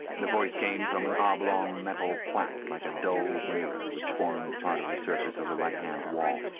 the voice came from an oblong metal plaque like a dulled mirror which formed part of the surface of the right-hand wall.